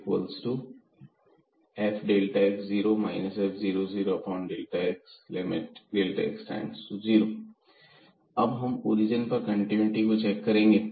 fxx→0fx0 f00x अब हम origin पर कंटीन्यूटी को चेक करेंगे